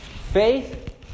Faith